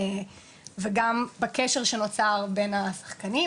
וגם בקשר שנוצר בין השחקנים.